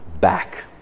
back